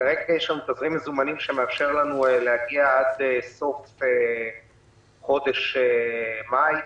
כרגע יש לנו תזרים מזומנים שמאפשר לנו להגיע עד סוף חודש מאי.